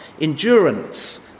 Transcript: endurance